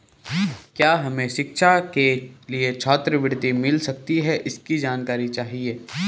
क्या हमें शिक्षा के लिए छात्रवृत्ति मिल सकती है इसकी जानकारी चाहिए?